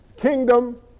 kingdom